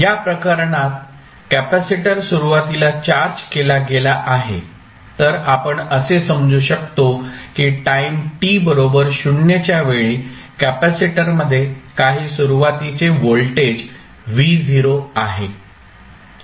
या प्रकरणात कॅपेसिटर सुरुवातीला चार्ज केला गेला आहे तर आपण असे समजू शकतो की टाईम t बरोबर 0 च्या वेळी कॅपेसिटरमध्ये काही सुरुवातीचे व्होल्टेज V0 आहे